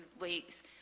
weeks